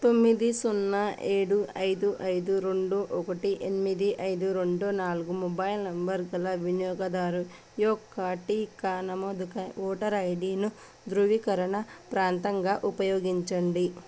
తొమ్మిది సున్నా ఏడు ఐదు ఐదు రెండు ఒకటి ఎనిమిది ఐదు రెండు నాలుగు మొబైల్ నంబర్ గల వినియోగదారు యొక్క టీకా నమోదుకై ఓటర్ ఐడీను ధృవీకరణ ప్రాంతంగా ఉపయోగించండి